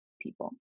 people